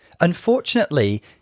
Unfortunately